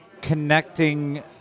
connecting